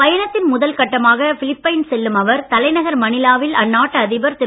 பயணத்தின் முதல் கட்டமாக பிலிப்பைன்ஸ் செல்லும் அவர் தலைநகர் மணிலாவில் அந்நாட்டு அதிபர் திரு